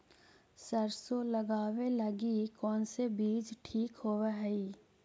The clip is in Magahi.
सरसों लगावे लगी कौन से बीज ठीक होव हई?